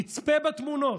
יצפה בתמונות,